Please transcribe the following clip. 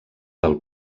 del